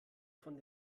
von